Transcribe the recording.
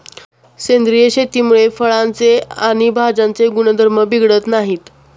सेंद्रिय शेतीमुळे फळांचे आणि भाज्यांचे गुणधर्म बिघडत नाहीत